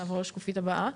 נעבור לשקופית הבאה,